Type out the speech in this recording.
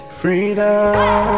freedom